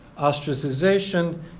ostracization